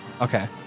Okay